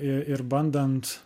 ir ir bandant